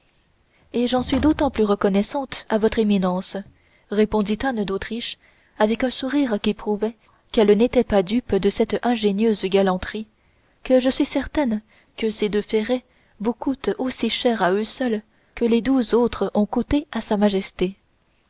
et j'en suis d'autant plus reconnaissante à votre éminence répondit anne d'autriche avec un sourire qui prouvait qu'elle n'était pas dupe de cette ingénieuse galanterie que je suis certaine que ces deux ferrets vous coûtent aussi cher à eux seuls que les douze autres ont coûté à sa majesté